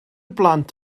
blant